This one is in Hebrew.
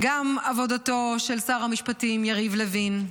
גם עבודתו של שר המשפטים יריב לוין,